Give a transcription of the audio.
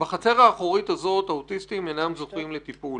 בחצר האחורית הזאת האוטיסטים אינם זוכים לטיפול.